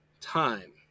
time